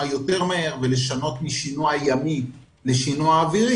יותר מהיר ולשנות משינוע ימי לשינוע אווירי,